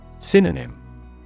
Synonym